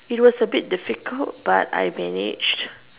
it was a bit difficult but I manage